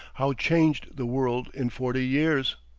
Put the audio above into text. how changed the world in forty years!